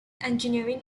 engineering